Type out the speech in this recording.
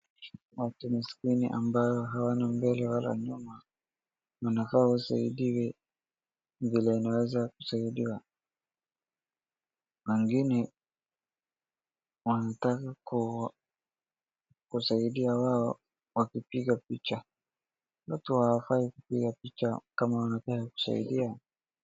Watu maskini ambao hawana mbele wala nyuma wanakaa wasaidiwe vile wanaweza kusaidiwa. Wengine wanataka kusaidiwa wao wakipiga picha, watu hawafai kupiga picha kama wanataka kusaidia.